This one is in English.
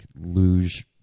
luge